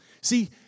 See